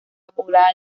poblada